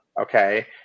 okay